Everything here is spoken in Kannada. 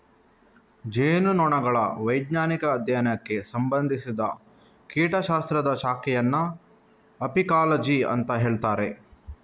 ಜೇನುನೊಣಗಳ ವೈಜ್ಞಾನಿಕ ಅಧ್ಯಯನಕ್ಕೆ ಸಂಬಂಧಿಸಿದ ಕೀಟ ಶಾಸ್ತ್ರದ ಶಾಖೆಯನ್ನ ಅಪಿಕಾಲಜಿ ಅಂತ ಹೇಳ್ತಾರೆ